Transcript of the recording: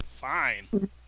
Fine